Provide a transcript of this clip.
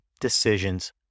decisions